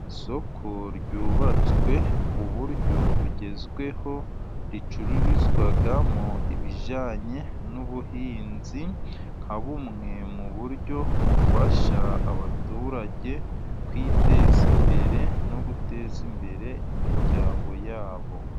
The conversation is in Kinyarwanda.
Isoko ryubatswe ku buryo bugezweho. Ricururizwamo ibijyanye n'ubuhinzi nka bumwe mu buryo bufasha abaturage kwiteza imbere, no guteza imbere imiryango yabo.